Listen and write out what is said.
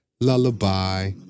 lullaby